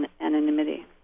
anonymity